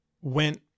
went